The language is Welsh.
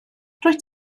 rwyt